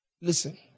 Listen